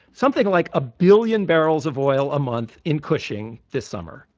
something like a billion barrels of oil a month in cushing this summer.